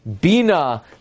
Bina